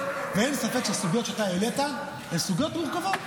ואין לי ספק שהסוגיות שאתה העלית הן סוגיות מורכבות.